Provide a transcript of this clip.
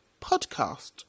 podcast